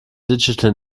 digital